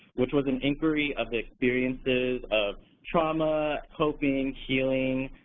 which was an inquiry of the experiences of trauma, coping, healing,